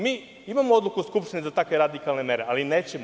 Mi imamo odluku Skupštine za takve radikalne mere, ali nećemo.